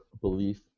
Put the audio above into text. belief